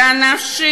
אלה אנשים,